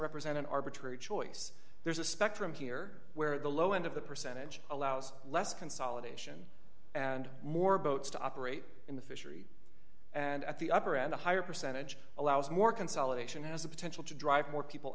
represent an arbitrary choice there's a spectrum here where the low end of the percentage allows less consolidation and more boats to operate in the fishery and at the upper end a higher percentage allows more consolidation has the potential to drive more people